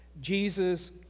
Jesus